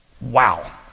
Wow